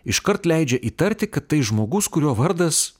iškart leidžia įtarti kad tai žmogus kurio vardas